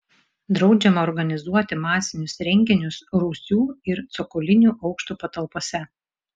draudžiama organizuoti masinius renginius rūsių ir cokolinių aukštų patalpose